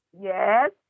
Yes